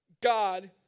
God